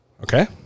Okay